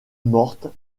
mortes